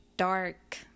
dark